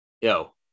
yo